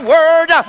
Word